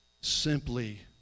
Simply